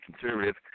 conservative